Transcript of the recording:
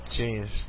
Jeez